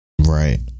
right